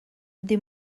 des